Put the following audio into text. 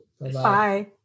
Bye